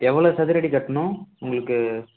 எவ்வளோ சதுரடி கட்டணும் உங்களுக்கு